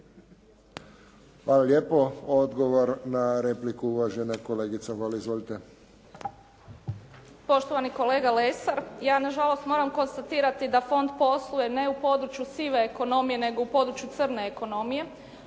Hvala lijepo. Odgovor na repliku, uvažena kolegica Holy. **Holy, Mirela (SDP)** Poštovani kolega Lesar, ja na žalost moram konstatirati da fond posluje ne u području sive ekonomije, nego u području crne ekonomije,